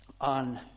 on